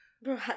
Bro